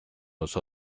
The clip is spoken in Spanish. los